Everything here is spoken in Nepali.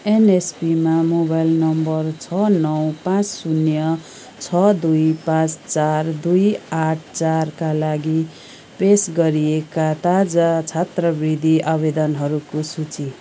एनएसपीमा मोबाइल नम्बर छ नौ पाँच शून्य छ दुई पाँच चार दुई आठ चारका लागि पेस गरिएका ताजा छात्रवृत्ति आवेदनहरूको सूची